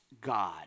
God